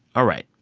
all right.